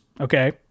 okay